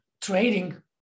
trading